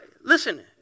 Listen